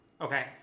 Okay